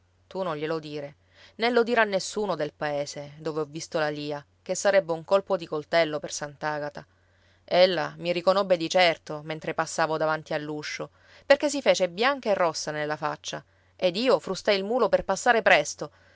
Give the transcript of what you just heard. tu non glielo dire né lo dire a nessuno del paese dove ho visto la lia ché sarebbe un colpo di coltello per sant'agata ella mi riconobbe di certo mentre passavo davanti all'uscio perché si fece bianca e rossa nella faccia ed io frustai il mulo per passare presto